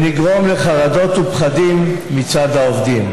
ונגרום לחרדות ופחדים מצד העובדים.